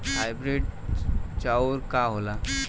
Hybrid चाउर का होला?